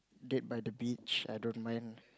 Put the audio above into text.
date by the beach I don't mind